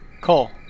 Cole